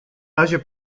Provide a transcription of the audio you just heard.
razie